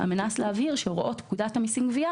על מנת להבהיר שהוראות פקודת המסים גבייה,